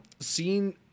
Seen